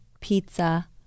pizza